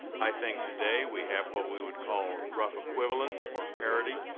i think today we have what we would call rough equivalence or parity.